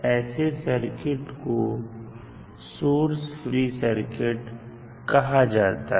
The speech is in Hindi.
ऐसे सर्किट को सोर्स फ्री सर्किट कहा जाता है